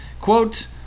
quote